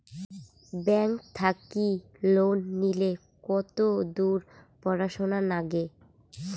Bank থাকি loan নিলে কতদূর পড়াশুনা নাগে?